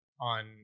on